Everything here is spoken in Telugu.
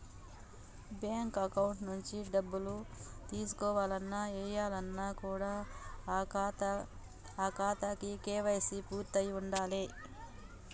బ్యేంకు అకౌంట్ నుంచి డబ్బులు తీసుకోవాలన్న, ఏయాలన్న కూడా ఆ ఖాతాకి కేవైసీ పూర్తయ్యి ఉండాలే